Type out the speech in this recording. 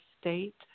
state